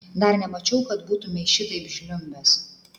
dar nemačiau kad būtumei šitaip žliumbęs